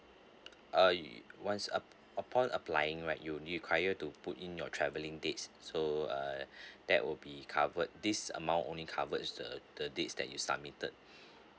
uh you once uh upon applying right you require to put in your travelling dates so uh that will be covered this amount only covers the uh the dates that you submitted